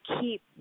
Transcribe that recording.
keep